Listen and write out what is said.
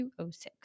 206